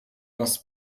бас